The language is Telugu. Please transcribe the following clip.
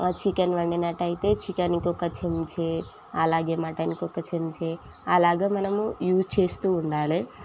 చికెన్ వండినట్టయితే చికెనుకొక చెంచె అలాగే మటన్కు ఒక చెంచా అలాగ మనము యూజ్ చేస్తూ ఉండాలి